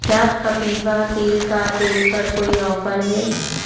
क्या कपिवा तिल का तेल पर कोई ऑफ़र है